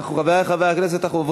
היושב-ראש, תצרף